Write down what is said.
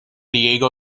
diego